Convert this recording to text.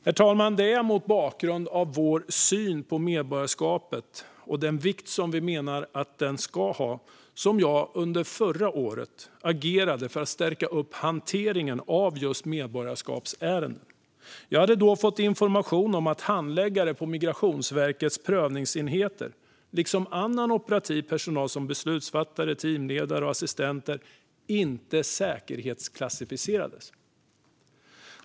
Herr talman! Det är mot bakgrund av vår syn på medborgarskapet och den vikt som vi menar att det ska ha som jag under förra året agerade för att stärka hanteringen av just medborgarskapsärenden. Jag hade då fått information om att handläggare på Migrationsverkets prövningsenheter, liksom annan operativ personal som beslutsfattare, teamledare och assistenter, inte säkerhetsklassificerades.